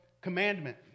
commandment